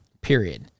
period